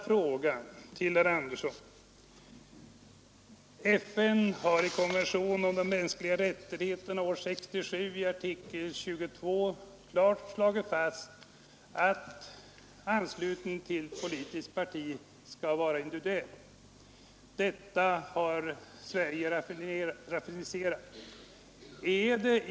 FN har i konventionen om de mänskliga rättigheterna av år 1967 i artikel 22 klart slagit fast att anslutning till politiskt parti skall ske individuellt. Denna konvention har Sverige ratificerat.